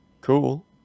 Cool